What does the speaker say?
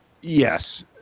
Yes